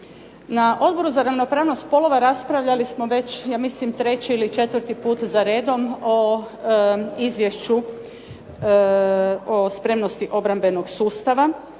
Na Odboru za ravnopravnost spolova raspravljali smo već ja mislim treći ili četvrti puta za redom o izvješću o spremnosti obrambenog sustava.